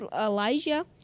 elijah